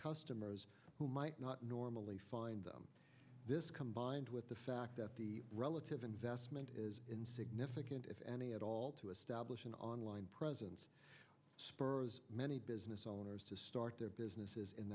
customers who might not normally find them this combined with the fact that the relative investment is insignificant if any at all to establish an online presence many business owners to start their businesses in